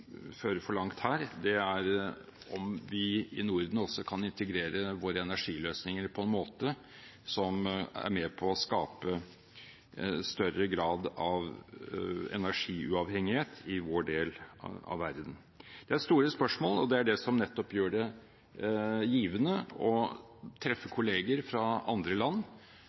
føre for langt her – er om vi i Norden også kan integrere våre energiløsninger på en måte som er med på å skape større grad av energiuavhengighet i vår del av verden. Det er store spørsmål, og det er det som nettopp gjør det givende å treffe kolleger fra andre land.